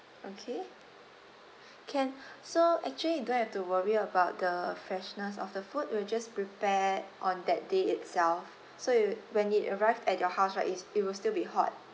okay can so actually you don't have to worry about the freshness of the food we will just prepare on that day itself so it when it arrived at your house right its it will still be hot